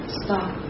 stop